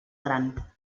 gran